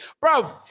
Bro